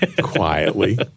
quietly